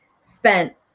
spent